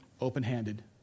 open-handed